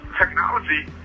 technology